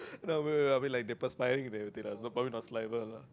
I will I will like they perspiring they probably not saliva lah